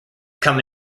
come